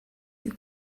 you